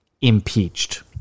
impeached